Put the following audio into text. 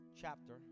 chapter